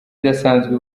idasanzwe